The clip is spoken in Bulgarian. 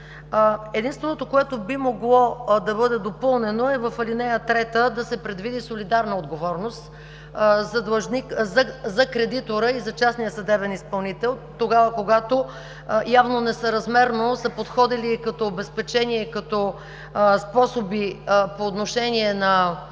Единственото, което би могло да бъде допълнено, е в ал. 3 да се предвиди солидарна отговорност за кредитора и за частния съдебен изпълнител, тогава когато явно несъразмерно са подходили като обезпечение, като способи по отношение на